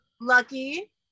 lucky